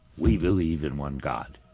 we believe in one god.